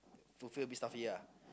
will feel a bit stuffy ah